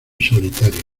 solitario